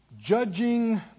Judging